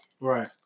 Right